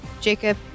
Jacob